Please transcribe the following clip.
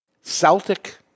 Celtic